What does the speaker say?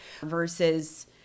versus